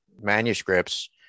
manuscripts